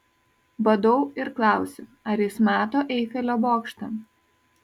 badau ir klausiu ar jis mato eifelio bokštą